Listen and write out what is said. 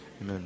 Amen